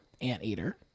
Anteater